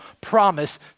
promise